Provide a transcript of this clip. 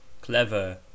clever